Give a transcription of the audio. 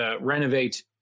renovate